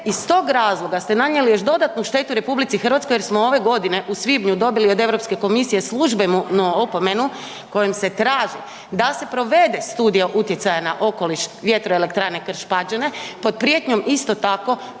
iz tog razloga se nanijeli još dodatnu štetu RH jer smo ove godine u svibnju dobili od Europske komisije službenu opomenu kojom se traži da se provede studija utjecaja na okoliš vjetroelektrane Krš Pađene pod prijetnjom isto tako